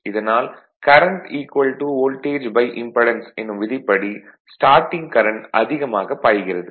இதனால் current voltage impedance எனும் விதிப்படி ஸ்டார்ட்டிங் கரண்ட் அதிகமாகப் பாய்கிறது